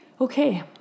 Okay